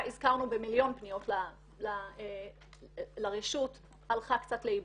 הזכרנו במיליון פניות לרשות הלכה קצת לאיבוד,